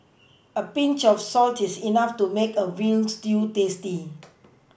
a Pinch of salt is enough to make a veal stew tasty